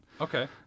Okay